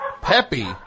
Peppy